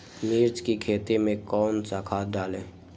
मिर्च की खेती में कौन सा खाद डालें?